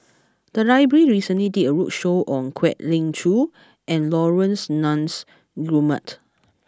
the library recently did a roadshow on Kwek Leng Joo and Laurence Nunns Guillemard